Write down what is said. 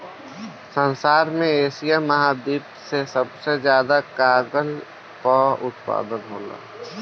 संसार में एशिया महाद्वीप से सबसे ज्यादा कागल कअ उत्पादन होला